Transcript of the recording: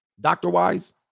Doctor-wise